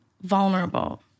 vulnerable